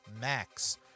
Max